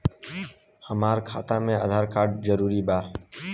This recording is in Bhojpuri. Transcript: हमार खाता में आधार कार्ड जरूरी बा?